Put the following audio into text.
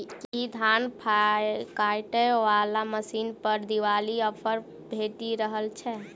की धान काटय वला मशीन पर दिवाली ऑफर भेटि रहल छै?